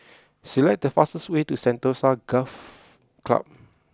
select the fastest way to Sentosa Golf Club